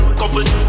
couple